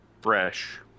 fresh